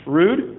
rude